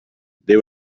they